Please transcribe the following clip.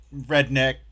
redneck